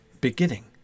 beginning